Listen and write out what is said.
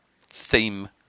theme